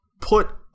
put